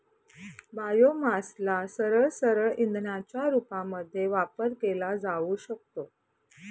बायोमासला सरळसरळ इंधनाच्या रूपामध्ये वापर केला जाऊ शकतो